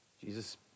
Jesus